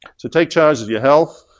so take charge of your health.